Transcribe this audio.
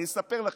אני אספר לכם.